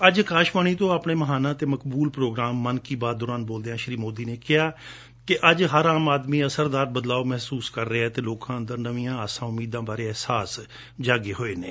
ਅੱਜ ਅਕਾਸ਼ਵਾਣੀ ਤੋ' ਆਪਣੇ ਮਹਾਨਾ ਅਤੇ ਮਕਬੁਲ ਪ੍ਰੌਗਰਾਮ ਮਨ ਕੀ ਬਾਤ ਦੌਰਾਰਨ ਬੋਲਦਿਆਂ ਸ੍ਰੀ ਮੋਦੀ ਨੇ ਕਿਹਾ ਕਿ ਅੱਜ ਹਰ ਆਮ ਆਦਮੀ ਅਸਰਦਾਰ ਬਦਲਾਓ ਮਹਿਸੁਸ ਕਰ ਰਿਹੈ ਅਤੇ ਲੋਕਾਂ ਅੰਦਰ ਨਵੀਆਂ ਆਸਾਂ ਉਮੀਦਾਂ ਬਾਰੇ ਅਹਿਸਾਸ ਬਣਿਆ ਹੋਇਐ